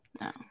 no